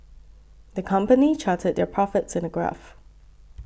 the company charted their profits in a graph